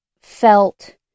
felt